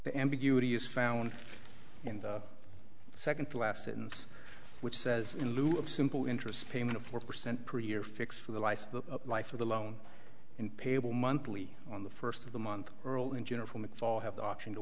the ambiguity is found in the second to last in which says in lieu of simple interest payment of four percent per year fixed for the life of the loan in payable monthly on the first of the month earl in general mcfall have the option to